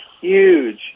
huge